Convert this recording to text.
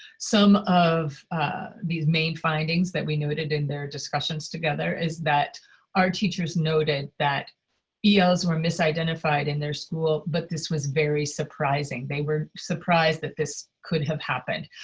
some of these main findings that we noted in their discussions together is that our teachers noted that yeah els were misidentified in their school, but this was very surprising. they were surprised that this could have happened,